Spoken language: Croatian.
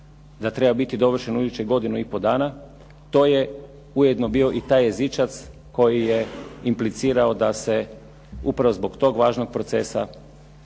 da treba biti dovršen u idućih godinu i pol dana to je ujedno bio i taj jezičac koji je implicirao da se upravo zbog tog važnog procesa